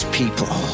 people